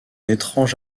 étrange